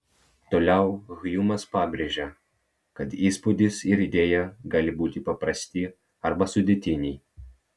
toliau hjumas pabrėžia kad įspūdis ir idėja gali būti paprasti arba sudėtiniai